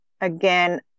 again